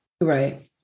Right